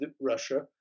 Russia